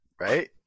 Right